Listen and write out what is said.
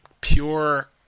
pure